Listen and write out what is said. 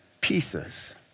pieces